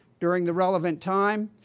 during the relevant time,